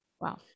Wow